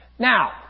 Now